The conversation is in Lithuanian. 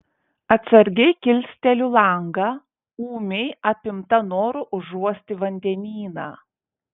atsargiai kilsteliu langą ūmiai apimta noro užuosti vandenyną